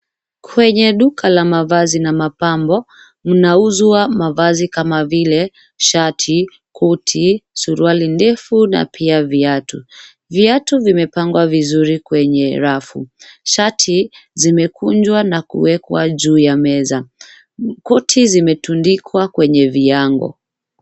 Kwenye duka la mavazi na mapambo mnauzwa mavazi kama vile shati, koti, suruari ndefu na pia viatu. Viatu vimepangwa vizuri kwenye rafu, shati zimekunjwa na kuwekwa juu ya meza koti zimetundikwa kwenye viango.